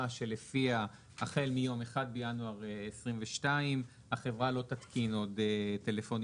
שלפיה החל מיום 1 בינואר 2022 החברה לא תתקין עוד טלפונים